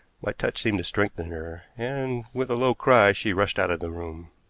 my touch seemed to strengthen her, and, with a low cry, she rushed out of the room.